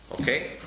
Okay